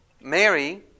Mary